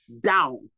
down